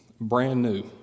brand-new